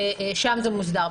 שם זה מוסדר.